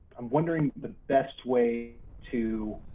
i'm wondering the best way to,